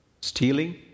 stealing